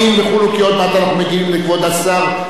כי עוד מעט אנחנו מגיעים לכבוד השר אהרונוביץ,